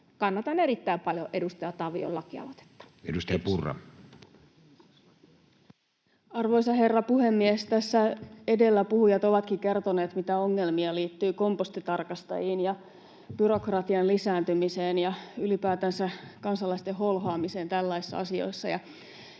Kannatan erittäin paljon edustaja Tavion lakialoitetta. Edustaja Purra. Arvoisa herra puhemies! Tässä edellä puhujat ovatkin kertoneet, mitä ongelmia liittyy kompostitarkastajiin ja byrokratian lisääntymiseen ja ylipäätänsä kansalaisten holhoamiseen tällaisissa asioissa,